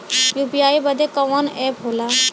UPI बदे कवन app होला?